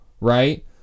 Right